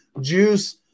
Juice